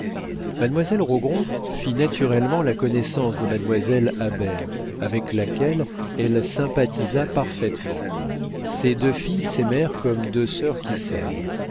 mademoiselle rogron fit naturellement la connaissance de mademoiselle habert avec laquelle elle sympathisa parfaitement ces deux filles s'aimèrent comme deux sœurs qui s'aiment